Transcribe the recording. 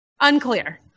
unclear